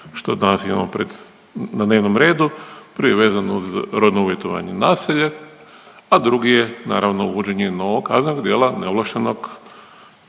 što danas imamo pred na dnevnom redu, prvi je vezan uz rodno uvjetovano nasilje, a drugi je naravno uvođenje novog kaznenog djela neovlaštenog